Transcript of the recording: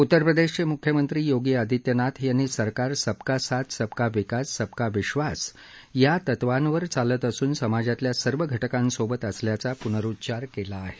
उत्तरप्रदेशाचे म्ख्यमंत्री योगी आदित्यनाथ यांनी सरकार सबका साथ सबका विकास सबका विश्वास या तत्वांवर चालत असून समाजातल्या सर्व घटकांसोबत असल्याचा प्नरुच्चार केला आहे